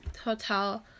hotel